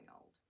old